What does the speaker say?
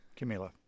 Camila